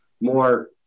more